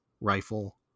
rifle